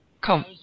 Come